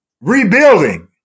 rebuilding